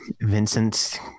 Vincent